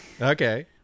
Okay